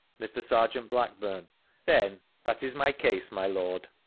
mr. serjeant blackburne then that is my case, my lord.